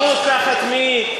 אחדות תחת מי?